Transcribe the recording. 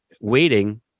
waiting